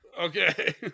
okay